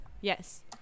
Yes